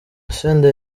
senderi